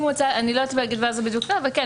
אני לא יודעת להגיד מה זה אבל כן,